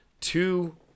Two